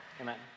Amen